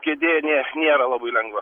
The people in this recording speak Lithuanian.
kėdė nė nėra labai lengva